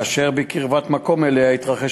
אשר נמצא בקרבת מקום למקום שבו התרחש